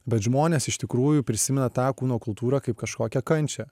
bet žmonės iš tikrųjų prisimena tą kūno kultūrą kaip kažkokią kančią